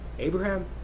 Abraham